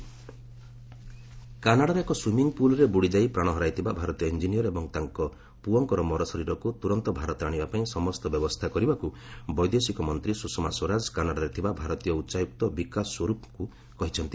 Swaraj Canada Indians କାନାଡ଼ାର ଏକ swimming ପୁଲ୍ରେ ବୁଡ଼ିଯାଇ ପ୍ରାଣ ହରାଇଥିବା ଭାରତୀୟ ଇଞ୍ଜିନିୟର୍ ଏବଂ ତାଙ୍କୁ ପୁଅଙ୍କର ମରଶରୀରକୁ ତୁରନ୍ତ ଭାରତ ଆଶିବାପାଇଁ ସମସ୍ତ ବ୍ୟବସ୍ଥା କରିବାକୁ ବୈଦେଶିକ ମନ୍ତ୍ରୀ ସ୍ୱଷମା ସ୍ୱରାଜ କାନାଡ଼ାରେ ଥିବା ଭାରତୀୟ ଉଚ୍ଚାୟୁକ୍ତ ବିକାଶ ସ୍ୱରୂପଙ୍କୁ କହିଛନ୍ତି